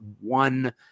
one